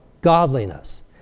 godliness